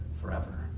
forever